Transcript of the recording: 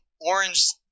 orange